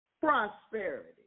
prosperity